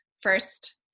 first